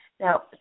Now